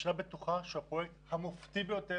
הממשלה בטוחה שהוא הפרויקט המופתי ביותר